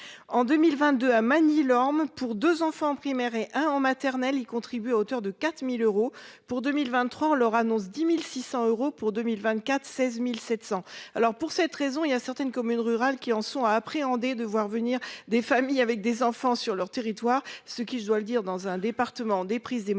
en 2022 à Manny l'orme pour 2 enfants en primaire et un en maternelle y contribue à hauteur de 4000 euros pour 2023 ans, leur annonce 10.600 euros pour 2024 16.700. Alors pour cette raison, il y a certaines communes rurales qui en sont à appréhender de voir venir des familles avec des enfants sur leur territoire ce qui je dois le dire dans un département déprise démographique